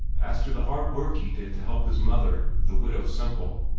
as to the hard work he did to help his mother, the widow semple,